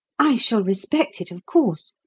i shall respect it, of course,